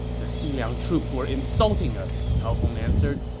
the xiliang troops were insulting us, cao hong answered.